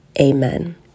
Amen